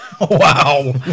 Wow